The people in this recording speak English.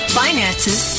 finances